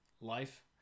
life